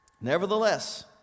Nevertheless